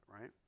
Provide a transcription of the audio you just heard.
right